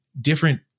different